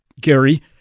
Gary